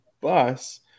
bus